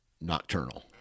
nocturnal